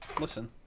listen